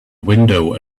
window